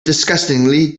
disgustingly